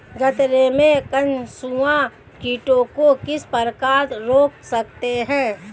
गन्ने में कंसुआ कीटों को किस प्रकार रोक सकते हैं?